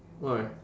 why